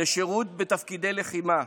לשירות בתפקידי לחימה.